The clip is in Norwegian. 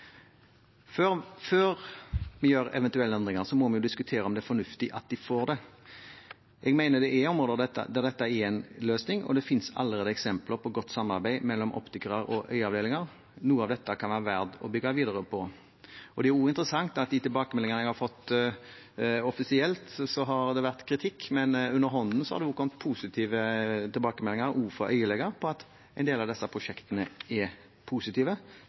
Før vi gjør eventuelle endringer, må vi diskutere om det er fornuftig at optikere får dette. Jeg mener det er områder der dette er en løsning, og det finnes allerede eksempler på godt samarbeid mellom optikere og øyeavdelinger. Noe av dette kan det være verdt å bygge videre på. Når det gjelder de tilbakemeldingene jeg har fått, er det interessant at det offisielt har vært kritikk, men at det underhånden har kommet positive tilbakemeldinger også fra øyeleger om at en del av disse prosjektene er positive,